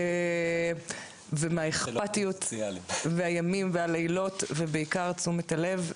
אני מודה גם על האכפתיות והימים והלילות ובעיקר תשומת הלב,